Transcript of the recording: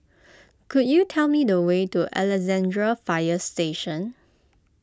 could you tell me the way to Alexandra Fire Station